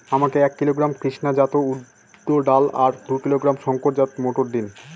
আমাকে এক কিলোগ্রাম কৃষ্ণা জাত উর্দ ডাল আর দু কিলোগ্রাম শঙ্কর জাত মোটর দিন?